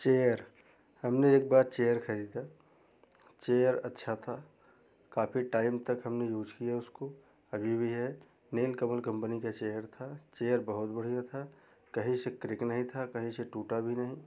chair हमने एकबार chair खरीदा चेयर अच्छा था काफी टाइम तक हमने यूज किया उसको अभी भी है नील कमल कम्पनी का चेयर था चेयर बहुत बढ़िया था कहीं से क्रेक नहीं था कहीं से टूटा भी नहीं